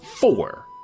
four